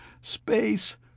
space